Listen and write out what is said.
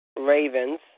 Ravens